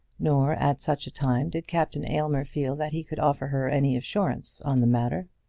nor at such a time did captain aylmer feel that he could offer her any assurance on the matter.